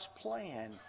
plan